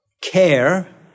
care